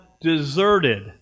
deserted